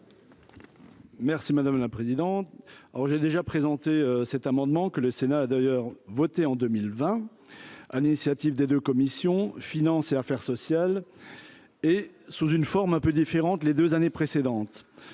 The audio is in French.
Merci madame la présidente, alors j'ai déjà présenté cet amendement que le Sénat a d'ailleurs voté en 2020, à l'initiative des 2 commissions finances et affaires sociales et sous une forme un peu différente, les 2 années précédentes,